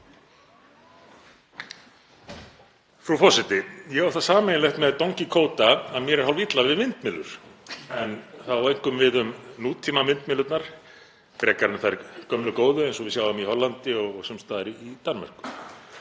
Frú forseti. Ég á það sameiginlegt með Don Kíkóta að mér er hálfilla við vindmyllur en það á einkum við um nútímavindmyllurnar frekar en þær gömlu góðu eins og við sjáum í Hollandi og sums staðar í Danmörku.